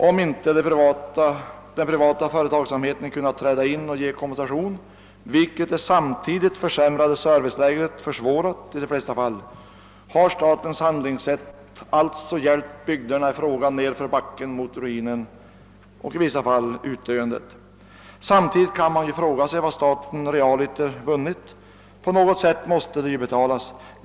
Om inte den privata företagsamheten kunnat träda in och ge kompensation — vilket det samtidigt försämrade serviceläget i de flesta fall har försvårat — har statens handlingssätt alltså hjälpt bygderna i fråga nedför backen mot ruin och i vissa fall utdöende. Samtidigt kan man fråga sig vad staten realiter har vunnit — på något sätt måste dock kostnaderna betalas.